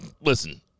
Listen